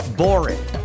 boring